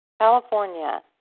California